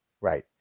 Right